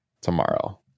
tomorrow